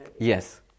Yes